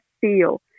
feel